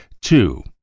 Two